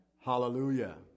Hallelujah